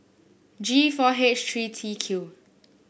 G four H three T Q